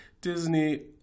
Disney